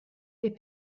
est